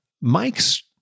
Mike's